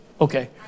okay